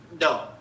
No